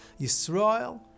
yisrael